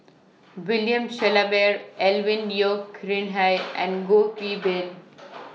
William Shellabear Alvin Yeo Khirn Hai and Goh Qiu Bin